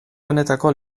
honetako